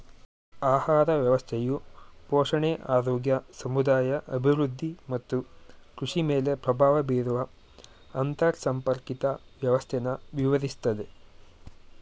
ಆಹಾರ ವ್ಯವಸ್ಥೆಯು ಪೋಷಣೆ ಆರೋಗ್ಯ ಸಮುದಾಯ ಅಭಿವೃದ್ಧಿ ಮತ್ತು ಕೃಷಿಮೇಲೆ ಪ್ರಭಾವ ಬೀರುವ ಅಂತರ್ಸಂಪರ್ಕಿತ ವ್ಯವಸ್ಥೆನ ವಿವರಿಸ್ತದೆ